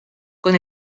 con